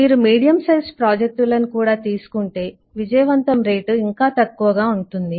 మీరు medium size ప్రాజెక్టులను కూడా తీసుకుంటే విజయవంతం రేటు ఇంకా తక్కువగా ఉంటుంది